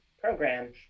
program